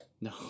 No